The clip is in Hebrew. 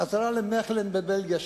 וחזרה למכלן בבלגיה,